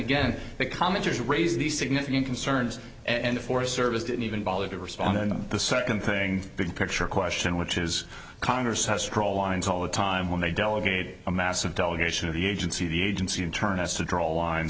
again that commenters raise these significant concerns and the forest service didn't even bother to respond and the second thing big picture question which is congress has troll lines all the time when they delegate a massive delegation of the agency the agency in turn has to draw line